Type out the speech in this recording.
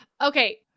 Okay